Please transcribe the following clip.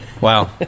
Wow